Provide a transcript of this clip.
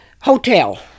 hotel